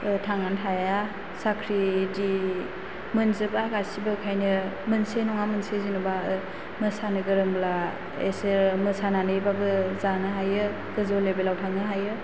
ओह थांना थाया साख्रि इदि मोनजोबा गासिबो बेखायनो मोनसे नङा मोनसे जेनोबा मोसानो गोरोंब्ला बेसोरो मोसानानैबाबो जानो हायो गोजौ लेबेलाव थांनो हायो